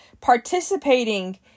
participating